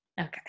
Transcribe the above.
Okay